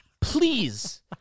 Please